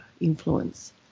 influence